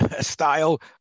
style